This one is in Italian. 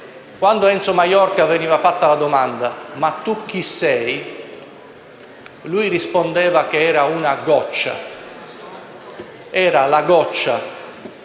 Quando a Enzo Maiorca veniva fatta la domanda «ma tu chi sei?», lui rispondeva che era una goccia. Era la goccia